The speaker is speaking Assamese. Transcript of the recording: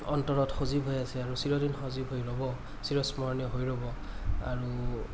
অন্তৰত সজীৱ হৈ আছে আৰু চিৰদিন সজীৱ হৈ ৰ'ব চিৰ স্মৰণীয় হৈ ৰ'ব আৰু